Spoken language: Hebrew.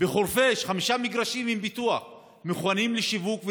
בחורפיש חמישה מגרשים עם פיתוח מוכנים לשיווק,